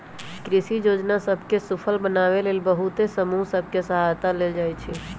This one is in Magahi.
कृषि जोजना सभ के सूफल बनाबे लेल बहुते समूह सभ के सहायता लेल जाइ छइ